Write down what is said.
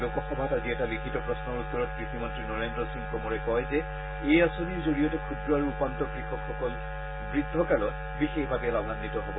লোকসভাত আজি এটা লিখিত প্ৰশ্নৰ উত্তৰত কৃষি মন্ত্ৰী নৰেন্দ্ৰ সিং টোমৰে কয় যে এই আঁচনিৰ জৰিয়তে ক্ষুদ্ৰ আৰু উপান্ত কৃষকসকল বৃদ্ধ কালত বিশেষভাৱে লাভাঘিত হ'ব